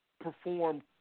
perform